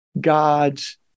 God's